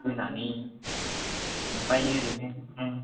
होनानै ओमफाय ओरैनो